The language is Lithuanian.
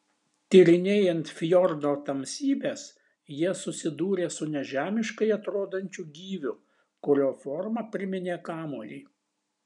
tyrinėjant fjordo tamsybes jie susidūrė su nežemiškai atrodančiu gyviu kurio forma priminė kamuolį